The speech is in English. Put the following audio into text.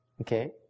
Okay